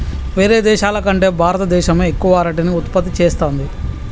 వేరే దేశాల కంటే భారత దేశమే ఎక్కువ అరటిని ఉత్పత్తి చేస్తంది